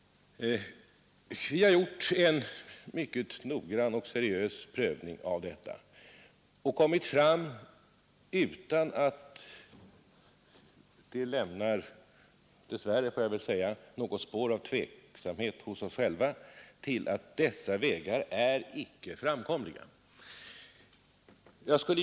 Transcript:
Vi har gjort en mycket noggrann och seriös prövning och kommit till den uppfattningen utan att den, dess värre, får jag väl säga, lämnar något spår av tveksamhet hos oss själva — att dessa vägar icke är framkomliga, icke skulle leda till de av Chile önskade resultaten.